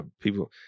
people